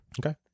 Okay